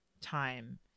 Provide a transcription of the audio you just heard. time